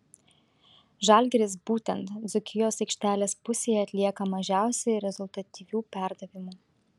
žalgiris būtent dzūkijos aikštelės pusėje atlieka mažiausiai rezultatyvių perdavimų